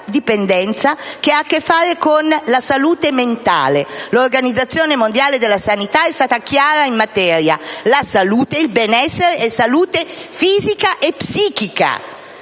dipendenza che ha a che fare con la salute mentale. L'Organizzazione mondiale della sanità è stata chiara in materia: la salute, il benessere sono salute fisica e psichica.